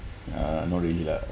uh not really lah